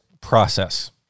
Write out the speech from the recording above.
process